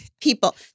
people